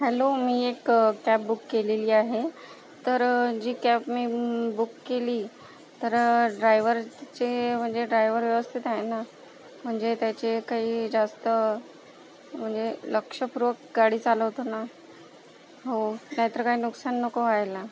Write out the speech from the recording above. hello मी एक cab book केलेली आहे तर जी कॅब मी बुक केली तर ड्रायव्हरचे म्हणजे ड्रायव्हर व्यवस्थित आहे ना म्हणजे त्याचे काही जास्त म्हणजे लक्षपूर्वक गाडी चालवतो ना हो नाहीतर काय नुकसान नको व्हायला